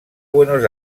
buenos